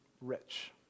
rich